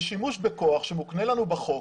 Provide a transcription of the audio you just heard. זה שימוש בכוח שמוקנה לנו בחוק